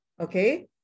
Okay